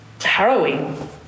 harrowing